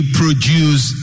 produce